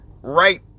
right